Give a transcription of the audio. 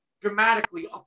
dramatically